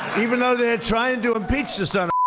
even though they're trying and to impeach the sun.